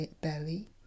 belly